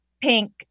pink